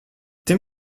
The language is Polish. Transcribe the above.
tym